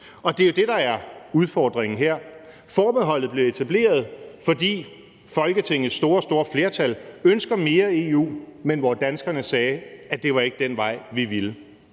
Og det er jo det, der er udfordringen her. Forbeholdet blev etableret, fordi Folketingets store, store flertal ønsker mere EU, men danskerne sagde, at det ikke var den vej, de ville.